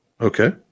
Okay